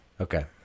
Okay